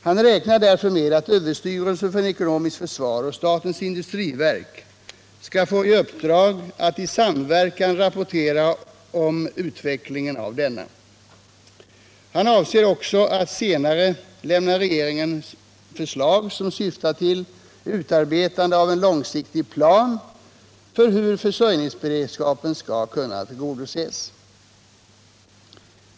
Han räknar därför med att överstyrelsen för ekonomiskt försvar och statens industriverk skall få i uppdrag att i samverkan rapportera utvecklingen av denna. Han avser också att senare lämna regeringen förslag som syftar till utarbetande av en långsiktig plan för hur försörjningsberedskapen skall kunna tillgodoses.